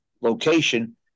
location